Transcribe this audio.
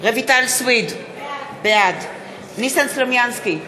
רויטל סויד, בעד ניסן סלומינסקי,